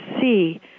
see